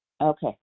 Okay